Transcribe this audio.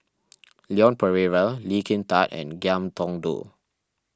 Leon Perera Lee Kin Tat and Ngiam Tong Dow